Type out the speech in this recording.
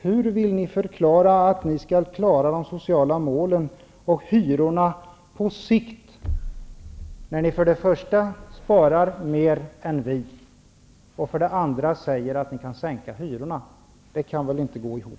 Hur vill ni förklara att ni skall klara de sociala målen och hyrorna på sikt när ni för det första spar mer än vi och för det andra säger att ni kan sänka hyrorna? Det kan väl inte gå ihop.